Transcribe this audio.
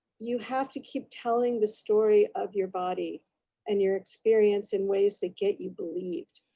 you have to keep telling the story of your body and your experience in ways to get you believed.